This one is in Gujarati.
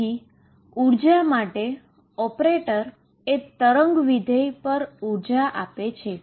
તેથીએનર્જી માટે ઓપરેટરએ વેવ ફંક્શન ઉપર એનર્જી આપે છે